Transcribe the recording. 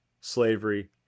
slavery